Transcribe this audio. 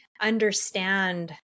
understand